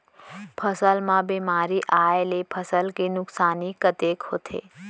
फसल म बेमारी आए ले फसल के नुकसानी कतेक होथे?